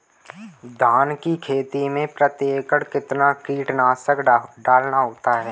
धान की खेती में प्रति एकड़ कितना कीटनाशक डालना होता है?